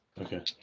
Okay